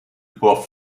pour